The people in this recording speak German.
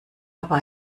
aber